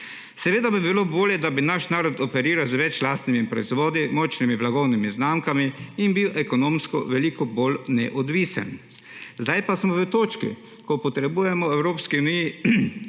Seveda bi bilo bolje, da bi naš narod operiral z več lastnimi proizvodi, močnimi blagovnimi znamkami in bil ekonomsko veliko bolj neodvisen. Sedaj pa smo v točki, ko potrebujemo v Evropski uniji